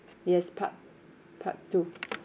yes part part two